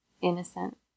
innocent